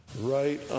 right